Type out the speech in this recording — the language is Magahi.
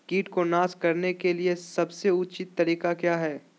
किट को नास करने के लिए सबसे ऊंचे तरीका काया है?